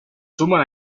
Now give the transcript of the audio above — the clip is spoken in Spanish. suman